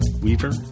weaver